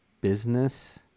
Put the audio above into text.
business